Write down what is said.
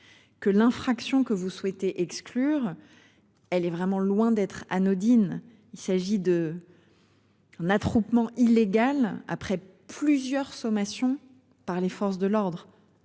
Que l'infraction que vous souhaitez exclure. Elle est vraiment loin d'être anodine. Il s'agit de. Un attroupement illégal après plusieurs sommations par les forces de l'ordre.